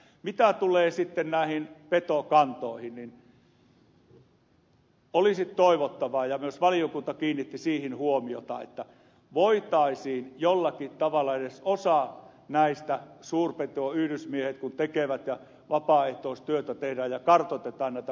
mitä tulee petokantoihin niin olisi toivottavaa ja myös valiokunta kiinnitti siihen huomiota että voitaisiin jollakin tavalla edes osa näistä kuluista korvata kun suurpetoyhdysmiehet tekevät vapaaehtoistyötä kartoittaessaan petokantoja